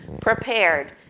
prepared